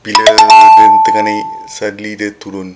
bila dia tengah naik suddenly dia turun